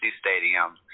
stadium